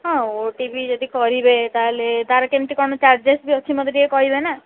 ହଁ O T V ଯଦି କରିବେ ତାହେଲେ ତାର କେମିତି କ'ଣ ଚାର୍ଜେସ୍ ବି ଅଛି ମୋତେ ଟିକେ କହିବେ ନା